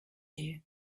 you